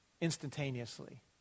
instantaneously